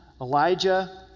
Elijah